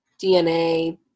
DNA